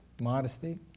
Modesty